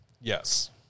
Yes